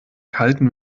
kalten